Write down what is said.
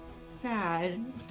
sad